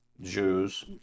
Jews